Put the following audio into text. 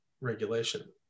regulation